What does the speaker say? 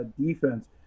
defense